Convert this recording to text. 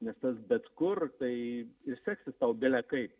nes tas bet kur tai ir seksis tau belekaip